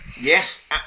Yes